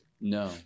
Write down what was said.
No